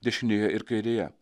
dešinėje ir kairėje